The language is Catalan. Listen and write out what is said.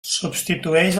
substitueix